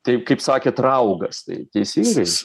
taip kaip sakėt raugas tai teisingai